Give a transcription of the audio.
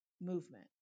movement